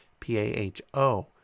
PAHO